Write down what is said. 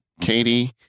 Katie